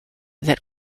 that